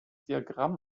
diagramm